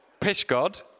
Pishgod